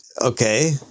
okay